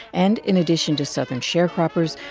and in addition to southern sharecroppers,